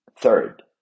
Third